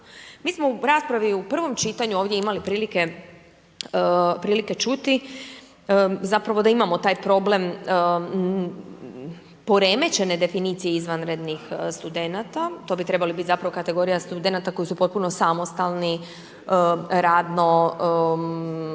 Mi smo u raspravi u prvom čitanju ovdje imali prilike čuti zapravo da imamo taj problem poremećene definicije izvanrednih studenata, to bi trebala biti zapravo kategorija studenata koji su potpuno samostalni radno